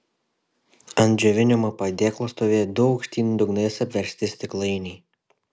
ant džiovinimo padėklo stovėjo du aukštyn dugnais apversti stiklainiai